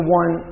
one